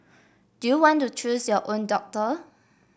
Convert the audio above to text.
do you want to choose your own doctor